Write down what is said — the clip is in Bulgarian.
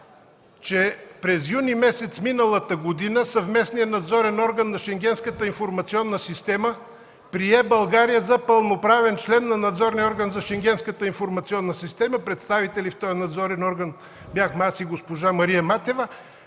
че през месец юни миналата година съвместният Надзорен орган на Шенгенската информационна система прие България за пълноправен член на Надзорния орган на Шенгенската информационна система. Представители в този надзорен орган бяхме аз и госпожа Мария Матева.